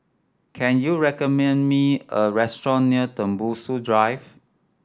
can you recommend me a restaurant near Tembusu Drive